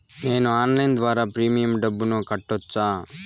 నేను ఆన్లైన్ ద్వారా ప్రీమియం డబ్బును కట్టొచ్చా?